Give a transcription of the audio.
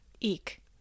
Eek